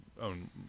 own